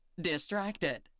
distracted